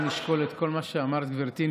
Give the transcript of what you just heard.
אנחנו נשקול את כל מה שאמרת, גברתי.